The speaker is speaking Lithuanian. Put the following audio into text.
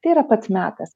tai yra pats metas